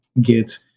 get